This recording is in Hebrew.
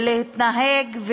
ולהתנהג,